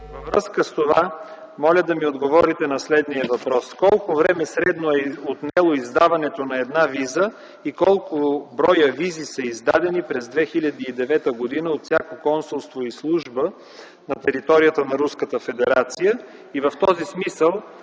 Във връзка с това моля да ми отговорите на следния въпрос: колко време средно е отнело издаването на една виза? Колко броя визи са издадени през 2009 г. от всяко консулство и служба на територията на Руската федерация? В този смисъл,